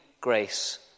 grace